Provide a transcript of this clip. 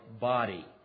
body